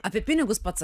apie pinigus pats